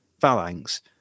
phalanx